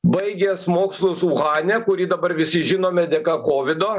baigęs mokslus uhane kurį dabar visi žinome dėka kovido